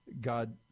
God